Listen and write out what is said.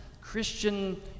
Christian